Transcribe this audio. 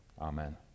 Amen